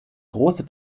große